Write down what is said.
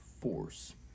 force